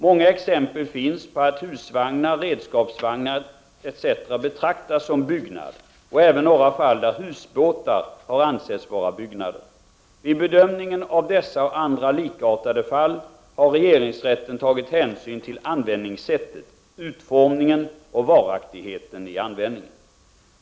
Många exempel finns på att husvagnar, redskapsvagnar etc. betraktas som byggnad och även några fall där husbåtar har ansetts vara byggnader ———. Vid bedömningen av dessa och andra liknande fall har regeringsrätten tagit hänsyn till användningssättet, utformningen och varaktigheten i användningen.